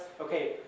okay